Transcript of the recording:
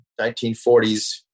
1940s